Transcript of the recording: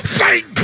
thank